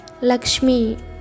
Lakshmi